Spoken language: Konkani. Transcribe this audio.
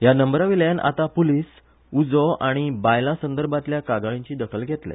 ह्या नंबरा वयल्यान आतां पुलीस उजो आनी बायलां संदर्भांतल्या कागाळीची दखल घेतले